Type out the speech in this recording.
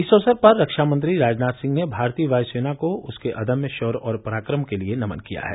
इस अवसर पर रक्षामंत्री राजनाथ सिंह ने भारतीय वायुसेना को ओकरे अदम्य शौर्य और पराक्रम के लिए नमन किया है